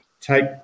take